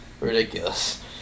ridiculous